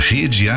Rede